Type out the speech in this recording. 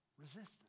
resistance